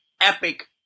epic